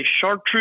chartreuse